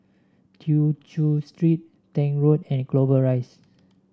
Tew Chew Street Tank Road and Clover Rise